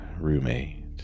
roommate